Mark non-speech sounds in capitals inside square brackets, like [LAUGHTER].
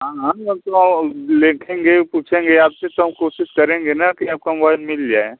हाँ हाँ [UNINTELLIGIBLE] लिखेंगे पूछेंगे आपसे तो हम कोशिश करेंगे ना कि आपका मोबाइल मिल जाए